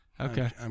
Okay